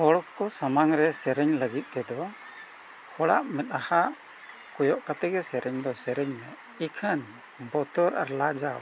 ᱦᱚᱲ ᱠᱚ ᱥᱟᱢᱟᱝ ᱨᱮ ᱥᱮᱨᱮᱧ ᱞᱟᱹᱜᱤᱫ ᱛᱮᱫᱚ ᱦᱚᱲᱟᱜ ᱢᱮᱫᱦᱟ ᱠᱚᱭᱚᱜ ᱠᱟᱛᱮ ᱜᱮ ᱥᱮᱨᱮᱧ ᱫᱚ ᱥᱮᱨᱮᱧ ᱢᱮ ᱤᱠᱷᱟᱹᱱ ᱵᱚᱛᱚᱨ ᱟᱨ ᱞᱟᱡᱟᱣ